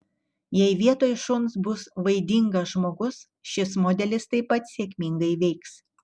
jei vietoj šuns bus vaidingas žmogus šis modelis taip pat sėkmingai veiks